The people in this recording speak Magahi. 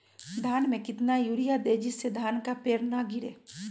धान में कितना यूरिया दे जिससे धान का पेड़ ना गिरे?